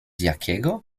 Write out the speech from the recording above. jakiego